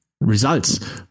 results